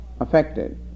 affected